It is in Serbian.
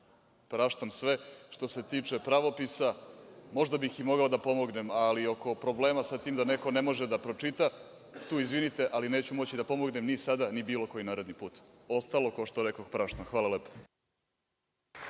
Praštam sve što se tiče pravopisa, možda bih i mogao da pomognem, ali oko problema sa tim da neko ne može da pročita, tu izvinite ali tu neću moći da pomognem ni sada, ni bilo koji naredni put. Ostalo, kao što rekoh, praštam. Hvala lepo.